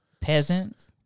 Peasants